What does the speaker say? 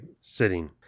Sitting